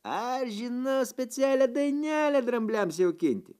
aš žinau specialią dainelę drambliams jaukinti